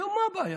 היום מה הבעיה?